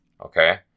Okay